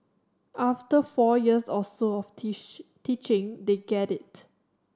after four years or so of teach teaching they get it